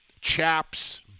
chaps